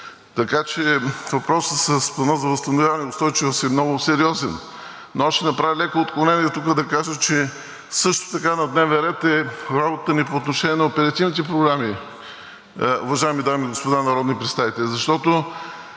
Така че въпросът с Плана за възстановяване и устойчивост е много сериозен. Но аз ще направя леко отклонение тук, да кажа, че също така на дневен ред е работата ни по отношение на оперативните програми, уважаеми дами и господа народни представители,